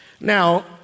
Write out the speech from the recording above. Now